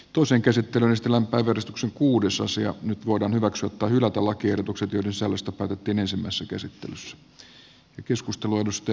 toisen käsittelyn stellan todistuksen kuudesosa ja nyt voidaan hyväksyä tai hylätä lakiehdotukset joiden sisällöstä päätettiin ensimmäisessä käsittelyssä